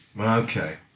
Okay